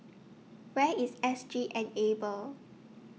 Where IS S G Enable